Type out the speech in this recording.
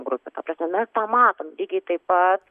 grupių ta prasme mes tą matom lygiai taip pat